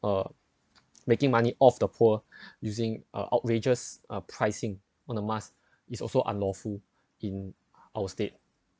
uh making money off the poor using are outrageous are pricing on a mask is also unlawful in our state